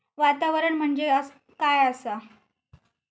वातावरण म्हणजे काय असा?